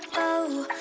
oh,